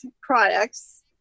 products